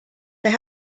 they